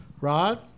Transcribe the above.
Rod